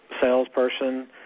salesperson